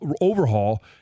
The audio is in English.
overhaul